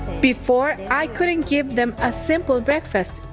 before i couldn't give them a simple breakfast.